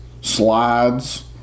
slides